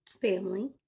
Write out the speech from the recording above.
family